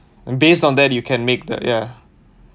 based on that you can make the ya